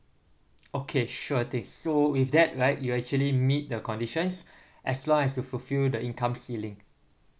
okay sure thing so if that right you actually meet the conditions as long as you fulfill the income ceiling